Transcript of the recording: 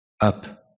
up